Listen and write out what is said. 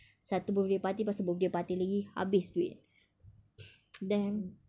satu birthday party lepas tu birthday party lagi habis duit then